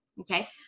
Okay